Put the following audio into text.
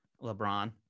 LeBron